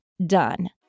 done